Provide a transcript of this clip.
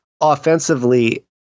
offensively